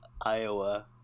Iowa